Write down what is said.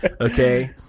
Okay